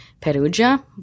Perugia